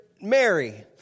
Mary